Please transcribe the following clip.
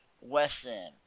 Wesson